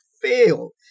fail